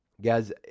Guys